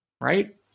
right